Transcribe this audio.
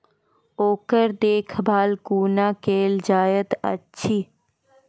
ओकर देखभाल कुना केल जायत अछि?